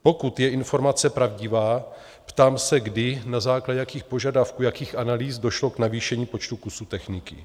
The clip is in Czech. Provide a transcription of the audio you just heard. Pokud je informace pravdivá, ptám se, kdy, na základě jakých požadavků, jakých analýz došlo k navýšení počtu kusů techniky.